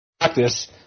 practice